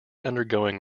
undergoing